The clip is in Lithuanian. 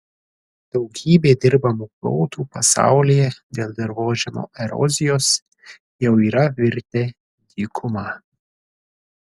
daugybė dirbamų plotų pasaulyje dėl dirvožemio erozijos jau yra virtę dykuma